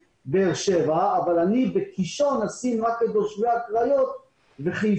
באר-שבע אבל ב"קישון" אני אשים רק את תושבי הקריות וחיפה.